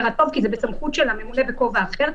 הסדר הטוב כי זה בסמכות של הממונה בכובע אחר,